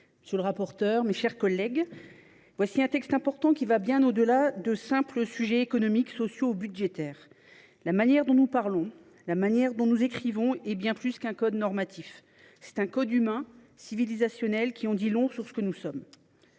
madame la ministre, mes chers collègues, voilà un texte important, qui va bien au delà de simples sujets économiques, sociaux ou budgétaires. La manière dont nous parlons, la manière dont nous écrivons est bien plus qu’un code normatif : c’est un code humain, civilisationnel, qui en dit long sur ce que nous sommes.